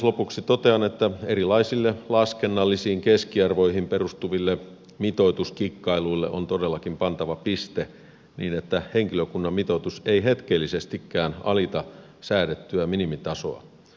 lopuksi totean että erilaisille laskennallisiin keskiarvoihin perustuville mitoituskikkailuille on todellakin pantava piste niin että henkilökunnan mitoitus ei hetkellisestikään alita säädettyä minimitasoa